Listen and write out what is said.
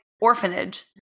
orphanage